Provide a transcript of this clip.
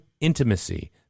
intimacy